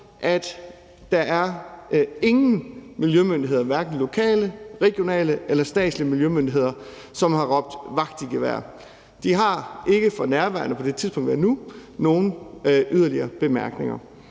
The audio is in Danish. at ingen hverken lokale, regionale eller statslige miljømyndigheder har råbt vagt i gevær. De har ikke på nuværende tidspunkt nogen yderligere bemærkninger.